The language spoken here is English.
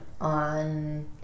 on